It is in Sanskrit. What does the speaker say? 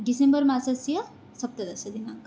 डिसेम्बर्मासस्य सप्तदशदिनाङ्कः